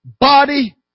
body